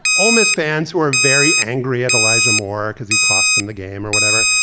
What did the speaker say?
ole miss fans who were very angry at elijah moore because he cost him the game or whatever.